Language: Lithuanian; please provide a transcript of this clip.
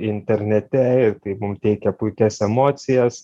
internete ir tai mum teikia puikias emocijas